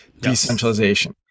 decentralization